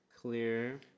clear